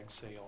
sale